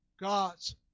God's